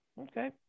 Okay